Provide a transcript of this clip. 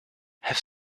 have